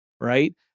right